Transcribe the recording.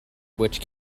which